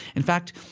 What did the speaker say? in fact,